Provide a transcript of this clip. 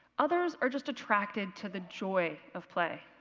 others are just attracted to the joy of play.